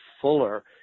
fuller